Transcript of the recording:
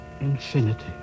infinity